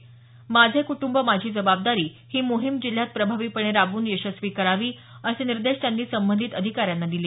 माझे कुटुंब माझी जबाबदारी ही मोहीम जिल्ह्यात प्रभावीपणे राबवून यशस्वी करावी असे निर्देश त्यांनी संबंधित अधिकाऱ्यांना दिले